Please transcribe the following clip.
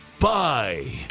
Bye